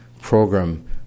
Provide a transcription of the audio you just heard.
program